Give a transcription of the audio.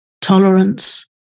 tolerance